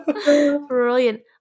brilliant